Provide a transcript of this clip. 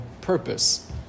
purpose